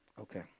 Okay